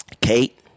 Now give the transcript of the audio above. Kate